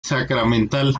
sacramental